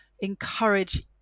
encourage